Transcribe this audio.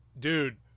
Dude